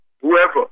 whoever